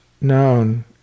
known